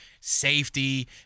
safety